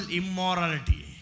immorality